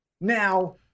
Now